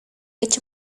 ocho